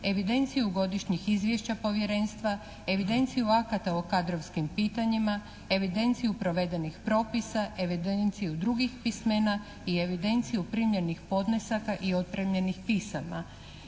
evidenciju godišnjih izvješća Povjerenstva, evidenciju akata o kadrovskim pitanjima, evidenciju provedenih propisa, evidenciju drugih pismena i evidenciju primljenih podnesaka i otpremljenih pisama.